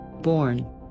Born